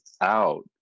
out